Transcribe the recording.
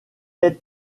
est